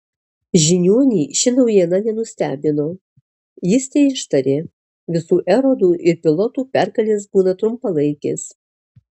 žiniuonį ši naujiena nenustebino jis teištarė visų erodų ir pilotų pergalės būna trumpalaikės